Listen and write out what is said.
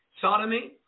sodomy